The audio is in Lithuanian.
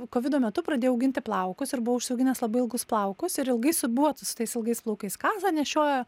kovido metu pradėjo auginti plaukus ir buvo užsiauginęs labai ilgus plaukus ir ilgai su buvo su tais ilgais plaukais kasą nešiojo